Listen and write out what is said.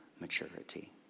maturity